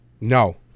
No